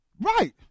Right